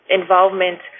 involvement